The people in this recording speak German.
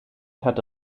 hatte